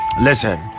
Listen